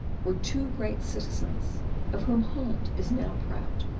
were two great citizens of whom holland is now proud.